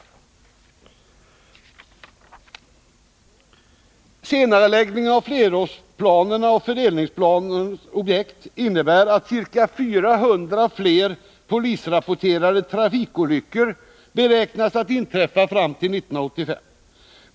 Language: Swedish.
Senareläggningen av flerårsoch fördelningsplaneobjekten innebär att ca 400 fler polisrapporterade trafikolyckor beräknas inträffa fram till 1985.